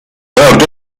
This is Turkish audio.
dördü